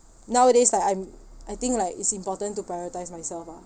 nowadays like I'm I think like it's important to prioritise myself ah